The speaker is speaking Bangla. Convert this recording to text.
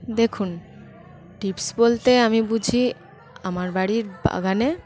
দেখুন টিপস বলতে আমি বুঝি আমার বাড়ির বাগানে